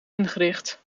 ingericht